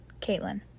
Caitlin